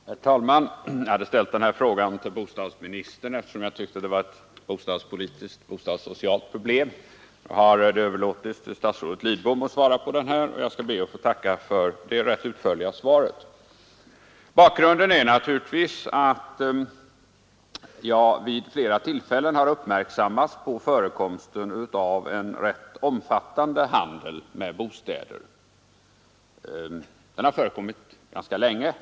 Herr talman! Jag hade ställt den här frågan till bostadsministern eftersom jag tyckte att det var ett bostadssocialt problem. Nu har det överlåtits åt statsrådet Lidbom att svara, och jag skall be att få tacka för det rätt utförliga svaret. Bakgrunden till frågan är naturligtvis att jag vid flera tillfällen har uppmärksammats på förekomsten av en rätt omfattande handel med bostäder. Den har förekommit ganska länge.